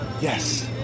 Yes